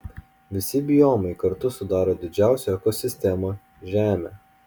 visi biomai kartu sudaro didžiausią ekosistemą žemę